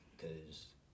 Cause